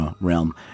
realm